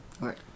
Right